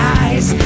eyes